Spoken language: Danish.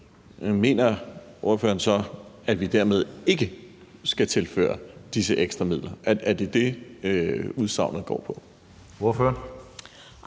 Mener ordføreren så, at vi dermed ikke skal tilføre disse ekstra midler? Er det det, udsagnet går på?